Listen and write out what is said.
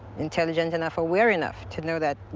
intelligent enough, aware enough to know that